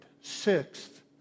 Sixth